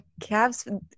Cavs